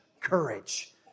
courage